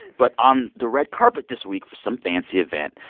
but on the red carpet this week for some fancy event,